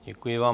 Děkuji vám.